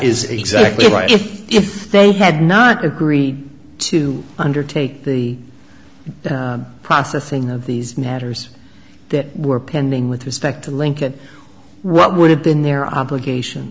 is exactly right if they had not agreed to undertake the processing of these natters that were pending with respect to lincoln what would have been their obligation